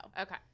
Okay